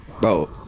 bro